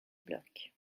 bloc